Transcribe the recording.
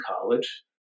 college